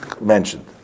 mentioned